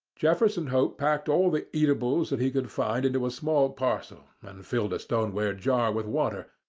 jefferson hope packed all the eatables that he could find into a small parcel, and filled a stoneware jar with water,